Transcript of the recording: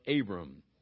Abram